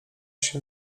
się